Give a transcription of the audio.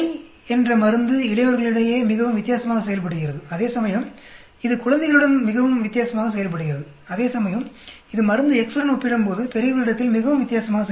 Y என்ற மருந்து இளையவர்களிடையே மிகவும் வித்தியாசமாக செயல்படுகிறது அதேசமயம் இது குழந்தைகளுடன் மிகவும் வித்தியாசமாக செயல்படுகிறது அதேசமயம் இது மருந்து X உடன் ஒப்பிடும்போது பெரியவர்களிடத்தில் மிகவும் வித்தியாசமாக செயல்படுகிறது